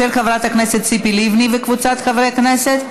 של חברת הכנסת ציפי לבני וקבוצת חברי הכנסת.